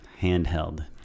handheld